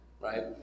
right